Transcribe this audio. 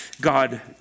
God